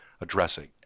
addressing